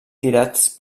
tirats